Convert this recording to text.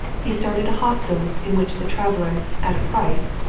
he started a hostel in which the traveller, at a price,